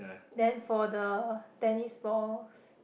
then for the tennis balls